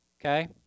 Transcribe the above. Okay